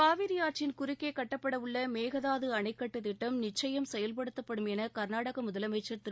காவிரியாற்றின் குறுக்கே கட்டப்படவுள்ள மேகதாது அணைக்கட்டுத் திட்டம் நிச்சுபம் செயல்படுத்தப்படும் என கர்நாடக முதலமைச்சர் திரு